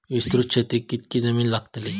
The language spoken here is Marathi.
विस्तृत शेतीक कितकी जमीन लागतली?